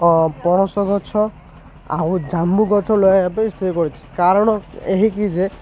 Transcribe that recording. ପଣସ ଗଛ ଆଉ ଜାମୁ ଗଛ ଲଗେଇବା ପାଇଁ ସ୍ତ୍ରୀ କହିଛିି କାରଣ ଏହିକି ଯେ